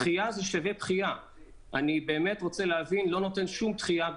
בעיניי זה לא נותן כלום.